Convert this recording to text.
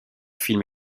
film